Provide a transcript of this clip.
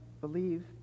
believe